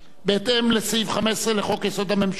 בהתאם לסעיף 15 לחוק-יסוד: הממשלה,